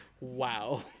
Wow